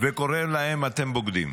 וקורא להם: אתם בוגדים?